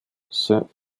saint